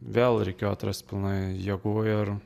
vėl reikėjo atrasti pilnai jėgų ir